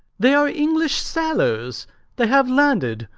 they are english sailors they have landed!